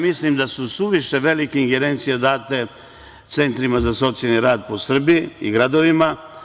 Mislim da su suviše velike ingerencije date centrima za socijalni rad u Srbiji i gradovima.